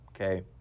Okay